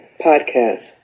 Podcast